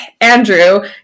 Andrew